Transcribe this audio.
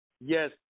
Yes